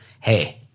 hey